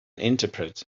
interpret